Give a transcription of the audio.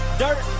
dirt